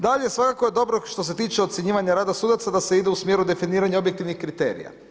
Dalje svakako je dobro što tiče ocjenjivanja rada sudaca da se ide u smjeru definiranja objektivnih kriterija.